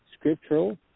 scriptural